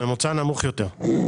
הממוצע נמוך יותר.